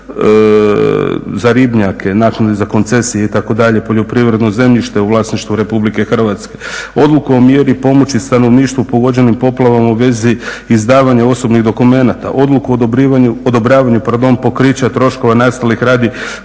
za ribnjake, naknade za koncesije itd., poljoprivredno zemljište u vlasništvu Republike Hrvatske, Odluku o mjeri pomoći stanovništvu pogođenim poplavama u vezi izdavanja osobnih dokumenta, Odluku o odobravanju pokrića troškova nastalih radi